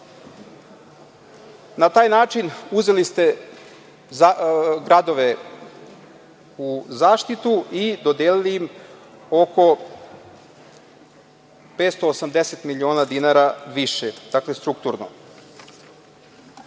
Na taj način uzeli ste gradove u zaštitu i dodelili im oko 580 miliona dinara više, dakle, strukturno. Dalje,